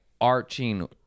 arching